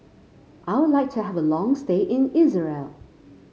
I would like to have a long stay in Israel